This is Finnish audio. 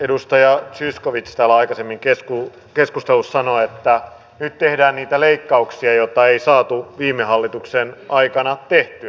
edustaja zyskowicz täällä aikaisemmin keskustelussa sanoi että nyt tehdään niitä leikkauksia joita ei saatu viime hallituksen aikana tehtyä